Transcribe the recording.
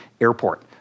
airport